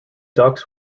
ducks